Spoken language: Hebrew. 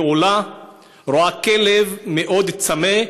וכשהיא עולה היא רואה כלב מאוד צמא,